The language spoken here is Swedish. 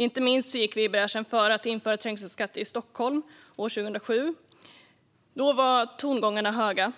Inte minst gick vi i bräschen för att införa trängselskatt i Stockholm 2007. Då var tongångarna höga,